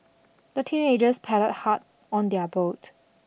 the teenagers paddled hard on their boat